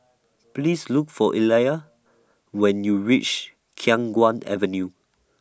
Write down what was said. Please Look For Illya when YOU REACH Khiang Guan Avenue